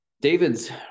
David's